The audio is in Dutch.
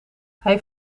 hij